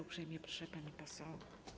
Uprzejmie proszę, pani poseł.